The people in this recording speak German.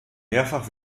mehrfach